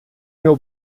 meu